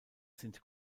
sind